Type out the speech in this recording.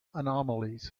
anomalies